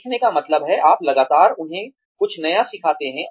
सीखने का मतलब है आप लगातार उन्हें कुछ नया सिखाते हैं